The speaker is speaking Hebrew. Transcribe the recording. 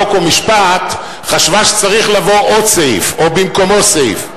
חוק ומשפט חשבה שצריך לבוא עוד סעיף או במקומו סעיף,